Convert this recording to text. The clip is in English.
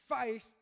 Faith